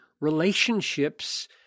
relationships